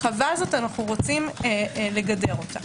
אנו רוצים לגדר אותה.